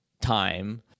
time